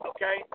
Okay